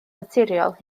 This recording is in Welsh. naturiol